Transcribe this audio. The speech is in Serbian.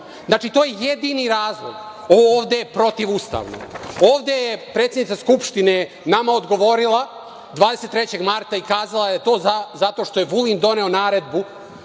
To je jedini razlog. Ovo ovde je protivustavno. Ovde je predsednica Skupštine nama odgovorila 23. marta i kazala da je to zato što je Vulin doneo naredbu